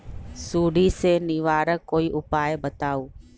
सुडी से निवारक कोई उपाय बताऊँ?